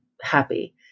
happy